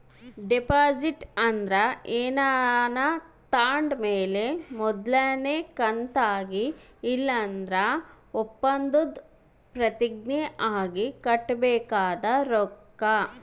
deposit ಅಂದ್ರ ಏನಾನ ತಾಂಡ್ ಮೇಲೆ ಮೊದಲ್ನೇ ಕಂತಾಗಿ ಇಲ್ಲಂದ್ರ ಒಪ್ಪಂದುದ್ ಪ್ರತಿಜ್ಞೆ ಆಗಿ ಕಟ್ಟಬೇಕಾದ ರೊಕ್ಕ